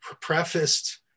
prefaced